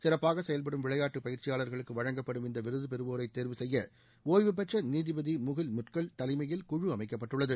சிறப்பாக செயல்படும் விளையாட்டு பயிற்சியாளர்களுக்கு வழங்கப்படும் இந்த விருது பெறுவோரை தேர்வு செய்ய ஒய்வுப்பெற்ற நீதிபதி முகுல் முட்கல் தலைமையில் குழு அமைக்கப்பட்டுள்ளது